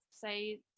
say